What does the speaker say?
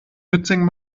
mitsingen